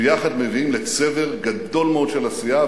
שיחד מביאים לצבר גדול מאוד של עשייה,